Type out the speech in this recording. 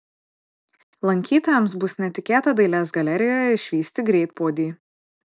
lankytojams bus netikėta dailės galerijoje išvysti greitpuodį